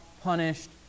punished